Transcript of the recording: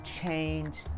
change